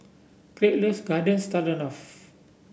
Kraig loves Garden Stroganoff